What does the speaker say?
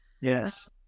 Yes